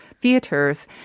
theaters